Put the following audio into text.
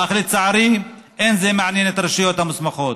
אך לצערי, אין זה מעניין את הרשויות המוסמכות.